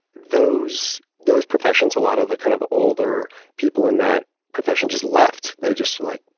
those those professions, a lot of the kind of older people in that profession just left. they just like,